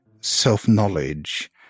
self-knowledge